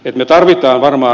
me tarvitsemme varmaan